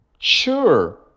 Sure